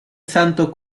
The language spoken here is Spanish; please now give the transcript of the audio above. santo